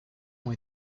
ont